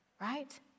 right